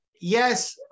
Yes